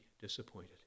disappointed